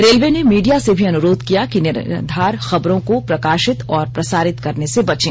railway ने media से भी अनुरोध किया कि निराधार खबरों को प्रकाशित और प्रसारित करने से बचे